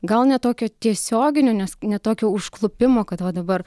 gal ne tokio tiesioginio nes ne tokio užklupimo kad va dabar